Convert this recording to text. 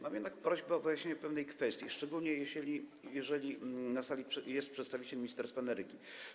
Mam jednak prośbę o wyjaśnienie pewnej kwestii, szczególnie jeżeli na sali jest przedstawiciel Ministerstwa Energii.